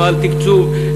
נוהל תקצוב,